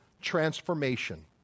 transformation